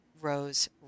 Rose